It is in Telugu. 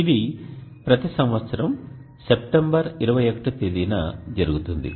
ఇది ప్రతి సంవత్సరం సెప్టెంబర్ 21తేదీన జరుగుతుంది